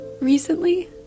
recently